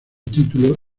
título